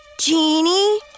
Genie